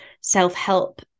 self-help